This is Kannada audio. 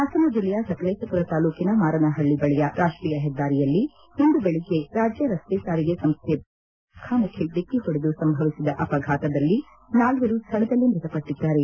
ಹಾಸನ ಜಿಲ್ಲೆಯ ಸಕಲೇಶಮರ ತಾಲ್ಲೂಕಿನ ಮಾರನಹಳ್ಳಿ ಬಳಿಯ ರಾಷ್ಷೀಯ ಹೆದ್ದಾರಿಯಲ್ಲಿ ಇಂದು ಬೆಳಿಗ್ಗೆ ರಾಜ್ಯ ರಸ್ನೆ ಸಾರಿಗೆ ಸಂಸ್ಲೆ ಬಸ್ ಮತ್ತು ಕಾರು ಮುಖಾಮುಖಿ ಡಿಕ್ಕಿ ಹೊಡೆದು ಸಂಭವಿಸಿದ ಅಪಘಾತದಲ್ಲಿ ನಾಲ್ವರು ಸ್ಥಳದಲ್ಲೇ ಮ್ಯತಪಟ್ಟಿದ್ದಾರೆ